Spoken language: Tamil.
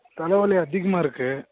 தலைவலி அதிகமாக இருக்குது